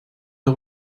der